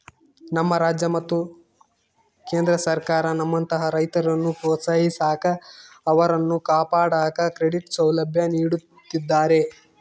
ನಮ್ಮ ರಾಜ್ಯ ಮತ್ತು ಕೇಂದ್ರ ಸರ್ಕಾರ ನಮ್ಮಂತಹ ರೈತರನ್ನು ಪ್ರೋತ್ಸಾಹಿಸಾಕ ಅವರನ್ನು ಕಾಪಾಡಾಕ ಕ್ರೆಡಿಟ್ ಸೌಲಭ್ಯ ನೀಡುತ್ತಿದ್ದಾರೆ